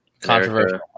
Controversial